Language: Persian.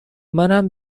منم